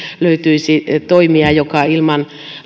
löytyisi toimija joka ilman